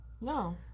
No